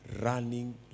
running